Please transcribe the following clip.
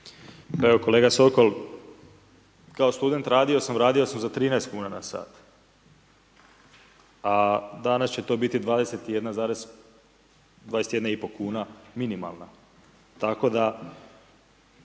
evo kolega Sokol, kao student, radio sam za 13 kn na sat. A danas će to biti 21,5 kuna minimalna